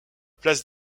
place